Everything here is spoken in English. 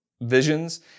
visions